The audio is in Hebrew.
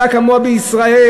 לא היה כמוה בישראל,